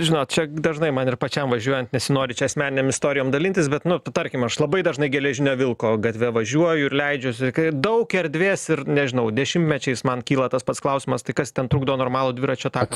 žinot čia dažnai man ir pačiam važiuojant nesinori čia asmeninėm istorijom dalintis bet nu tarkim aš labai dažnai geležinio vilko gatve važiuoju ir leidžiuosi kai daug erdvės ir nežinau dešimtmečiais man kyla tas pats klausimas tai kas ten trukdo normalų dviračio taką